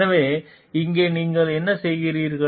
எனவே இங்கே நீங்கள் என்ன செய்கிறீர்கள்